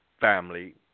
family